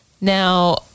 Now